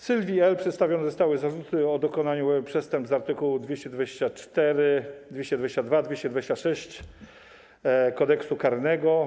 Sylwii L. przedstawione zostały zarzuty o dokonanie przestępstw z art. 224, 222 i 226 Kodeksu karnego.